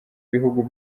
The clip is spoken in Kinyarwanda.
bihugu